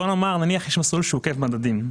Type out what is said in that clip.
נניח שיש מסלול עוקף מדדים,